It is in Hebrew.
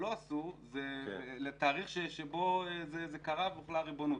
לא עשו זה לתאריך שבו זה קרה והוחלה הריבונות.